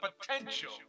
potential